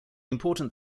important